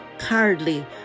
hardly